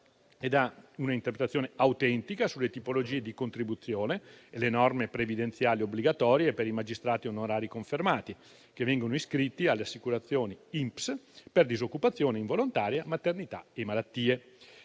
dà un'interpretazione autentica sulle tipologie di contribuzione e sulle norme previdenziali obbligatorie per i magistrati onorari confermati, che vengono iscritti alle assicurazioni INPS per disoccupazione involontaria, maternità e malattie.